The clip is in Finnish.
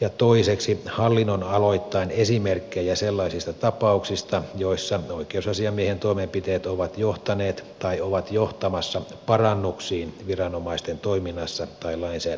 ja toiseksi hallinnonaloittain esimerkkejä sellaisista tapauksista joissa oikeusasiamiehen toimenpiteet ovat johtaneet tai ovat johtamassa parannuksiin viranomaisten toiminnassa tai lainsäädännön tilassa